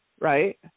Right